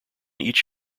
each